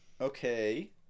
Okay